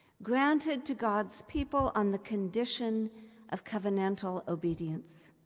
granted to god's people on the condition of covenantal obedience.